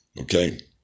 Okay